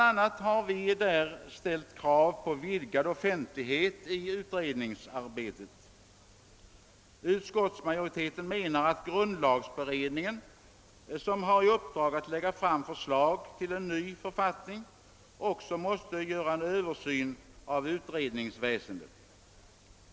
a. har vi ställt krav på vidgad offentlighet i utredningsarbetet. Utskottsmajoriteten menar att grundlagberedningen, som har i uppdrag att lägga fram förslag till ny författning, också måste göra en översyn av utredningsväsendet.